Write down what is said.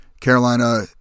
Carolina